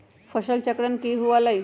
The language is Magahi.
फसल चक्रण की हुआ लाई?